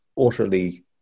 utterly